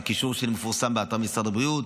זה קישור שמפורסם באתר משרד הבריאות,